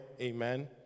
amen